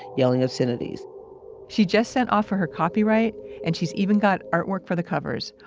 yelling obscenities she just sent off for her copyright and she's even got artwork for the covers.